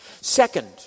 Second